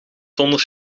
zonder